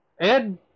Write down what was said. Ed